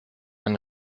ein